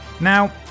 Now